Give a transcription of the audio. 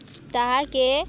ତାହାକେ